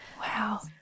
Wow